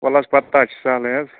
وَلہٕ حظ پَتہٕ تا چھِ سَہلٕے حظ